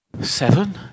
Seven